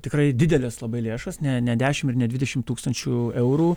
tikrai dideles labai lėšas ne ne dešim ir ne dvidešim tūkstančių eurų